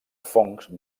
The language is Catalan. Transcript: fongs